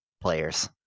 players